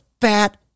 fat